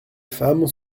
femmes